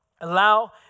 Allow